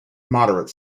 moderate